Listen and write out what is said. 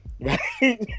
right